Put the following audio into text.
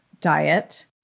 diet